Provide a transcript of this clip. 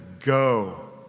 go